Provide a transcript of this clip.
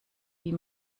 wie